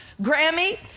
Grammy